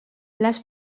les